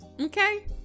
okay